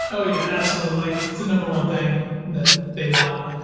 oh, yeah. absolutely. it's the number one thing that they want.